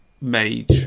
Mage